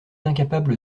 incapable